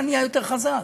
אתה נהיה יותר חזק.